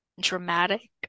dramatic